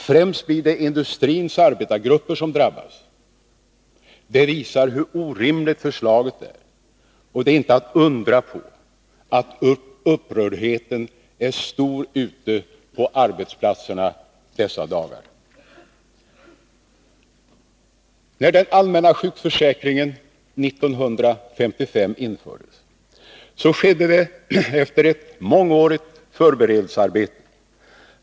Främst är det industrins arbetargrupper som drabbas. Det visar hur orimligt förslaget är, och det är inte att undra på att upprördheten är stor ute på arbetsplatserna dessa dagar. När den allmänna sjukförsäkringen 1955 infördes, skedde det efter ett mångårigt förberedelsearbete.